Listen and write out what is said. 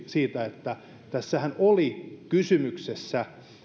siitä että tässähän oli kysymyksessä